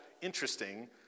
interesting